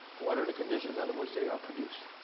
what are the conditions under which they are produced?